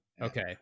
Okay